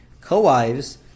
co-wives